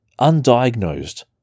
undiagnosed